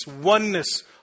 oneness